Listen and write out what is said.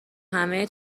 همه